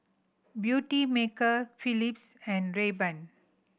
Beautymaker Philips and Rayban